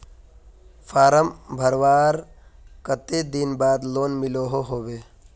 Form भरवार कते दिन बाद लोन मिलोहो होबे?